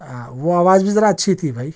ہاں وہ آواز بھی ذرا اچھی تھی بھائی